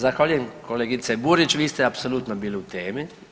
Zahvaljujem kolegice Burić, vi ste apsolutno bili u temi.